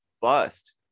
bust